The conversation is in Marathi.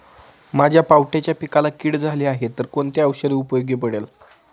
माझ्या पावट्याच्या पिकाला कीड झाली आहे तर कोणते औषध उपयोगी पडेल?